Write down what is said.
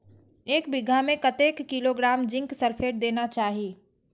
एक बिघा में कतेक किलोग्राम जिंक सल्फेट देना चाही?